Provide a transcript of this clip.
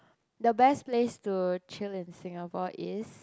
the best place to chill in Singapore is